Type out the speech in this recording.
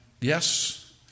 yes